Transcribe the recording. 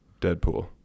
Deadpool